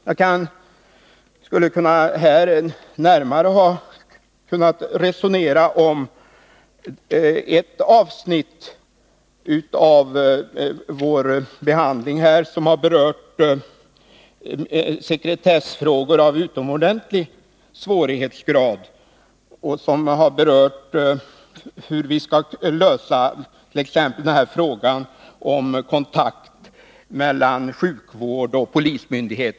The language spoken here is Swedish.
Jag skulle ha kunnat resonera närmare om ett avsnitt av vår behandling, som har berört sekretessfrågor av utomordentlig svårighetsgrad, exempelvis hur man skall lösa frågan om kontakt mellan sjukvård och polismyndigheter.